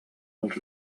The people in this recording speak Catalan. els